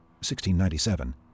1697